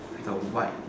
like a white